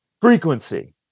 frequency